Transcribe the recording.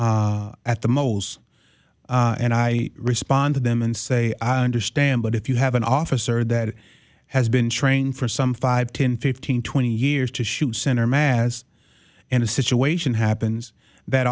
hours at the most and i respond to them and say i understand but if you have an officer that has been training for some five ten fifteen twenty years to shoot center mass and a situation happens that